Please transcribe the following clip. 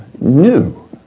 new